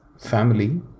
family